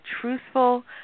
truthful